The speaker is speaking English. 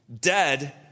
Dead